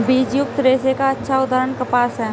बीजयुक्त रेशे का अच्छा उदाहरण कपास है